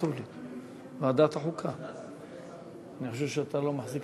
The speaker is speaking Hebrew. אדוני היושב-ראש, חברי הכנסת, אני רוצה, ראשית,